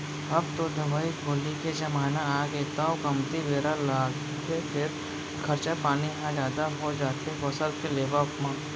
अब तो दवई गोली के जमाना आगे तौ कमती बेरा लागथे फेर खरचा पानी ह जादा हो जाथे फसल के लेवब म